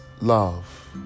love